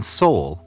soul